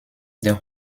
der